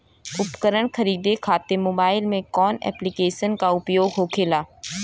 उपकरण खरीदे खाते मोबाइल में कौन ऐप्लिकेशन का उपयोग होखेला?